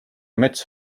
mets